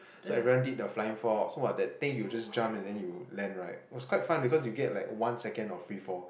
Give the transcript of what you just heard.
so everyone did the flying fox !wah! that time you just jump and then you land right it was quite fun because you get like one second of free fall